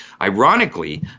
Ironically